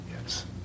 Yes